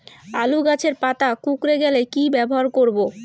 আলুর গাছের পাতা কুকরে গেলে কি ব্যবহার করব?